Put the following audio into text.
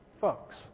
folks